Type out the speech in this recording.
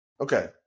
Okay